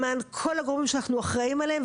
למען כל הגורמים שאנחנו אחראים עליהם,